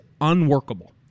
unworkable